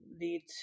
lead